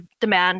demand